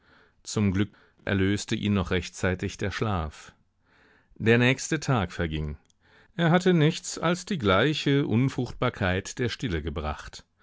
zum glück erlöste ihn noch rechtzeitig der schlaf der nächste tag verging er hatte nichts als die gleiche unfruchtbarkeit der stille gebracht